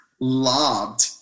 lobbed